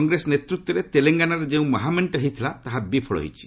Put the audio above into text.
କଂଗ୍ରେସ ନେତୃତ୍ୱରେ ତେଲଙ୍ଗାନାରେ ଯେଉଁ ମହାମେଣ୍ଟ ହୋଇଥିଲା ତାହା ବିଫଳ ହୋଇଛି